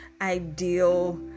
ideal